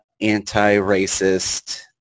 anti-racist